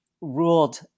ruled